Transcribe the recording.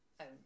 own